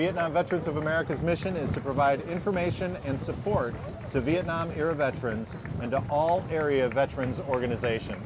vietnam veterans of america's mission is to provide information and support the vietnam era veterans and all areas veterans organization